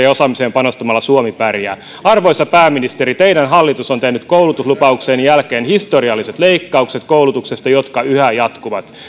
ja osaamiseen panostamalla suomi pärjää arvoisa pääministeri teidän hallituksenne on tehnyt koulutuslupauksien jälkeen historialliset leikkaukset koulutuksesta jotka yhä jatkuvat